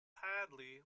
hadley